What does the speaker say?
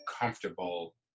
comfortable